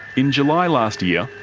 in july last year,